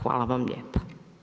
Hvala vam lijepa.